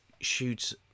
shoots